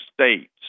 states